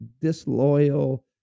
disloyal